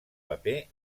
paper